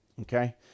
Okay